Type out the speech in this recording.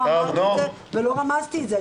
לא אמרתי את זה ולא רמזתי על זה.